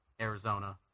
Arizona